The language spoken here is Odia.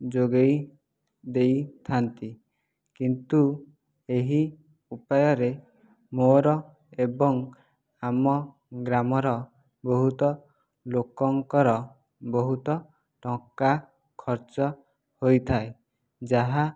ଯୋଗାଇ ଦେଇଥା'ନ୍ତି କିନ୍ତୁ ଏହି ଉପାୟରେ ମୋ'ର ଏବଂ ଆମ ଗ୍ରାମର ବହୁତ ଲୋକଙ୍କର ବହୁତ ଟଙ୍କା ଖର୍ଚ୍ଚ ହୋଇଥାଏ ଯାହା